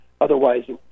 otherwise